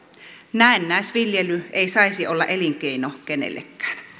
näennäisviljely ei saisi olla elinkeino kenellekään